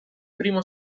primo